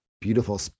beautiful